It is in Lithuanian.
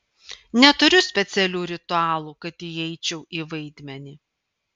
neturiu specialių ritualų kad įeičiau į vaidmenį